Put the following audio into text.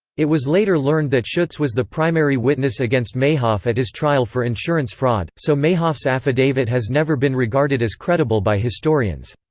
it was later learned that schuetz was the primary witness against mayhoff at his trial for insurance fraud, so mayhoff's affidavit has never been regarded as credible by historians.